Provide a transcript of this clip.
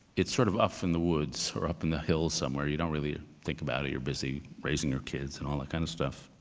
it's sort of off in the woods or up in the hills somewhere. you don't really think about it. you're busy raising your kids and all that kind of stuff.